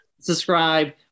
Subscribe